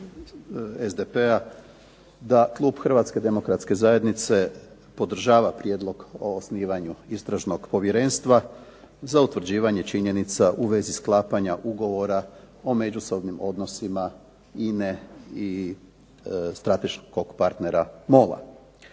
SDP-a da klub Hrvatske demokratske zajednice podržava Prijedlog o osnivanju Istražnog povjerenstva za utvrđivanje činjenica u vezi sklapanja Ugovora o međusobnim odnosima INA-e i strateškog partnera MOL-a.